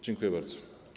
Dziękuję bardzo.